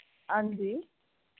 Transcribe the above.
हांजी